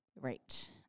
Right